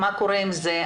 מה קורה עם זה?